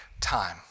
time